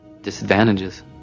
disadvantages